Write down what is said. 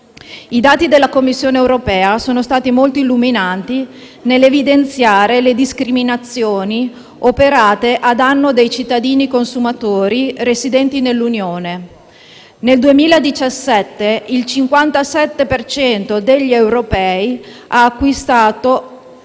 I dati della Commissione europea sono stati molto illuminanti nell'evidenziare le discriminazioni operate a danno dei cittadini consumatori residenti nell'Unione: nel 2017 il 57 per cento degli europei ha acquistato